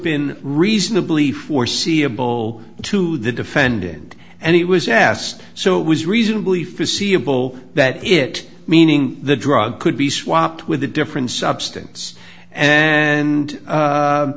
been reasonably foreseeable to the defendant and he was asked so it was reasonably forseeable that it meaning the drug could be swapped with a different substance and